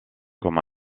comme